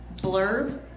blurb